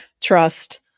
trust